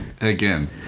again